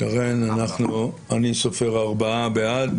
אני סופר ארבעה בעד.